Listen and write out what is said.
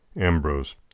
Ambrose